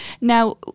Now